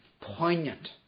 poignant